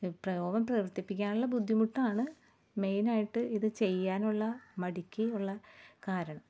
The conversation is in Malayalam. ഇപ്പം ഓവൻ പ്രവർത്തിപ്പിക്കാനുള്ള ബുദ്ധിമുട്ടാണ് മെയ്നായിട്ട് ഇത് ചെയ്യാനുള്ള മടിക്ക് ഉള്ള കാരണം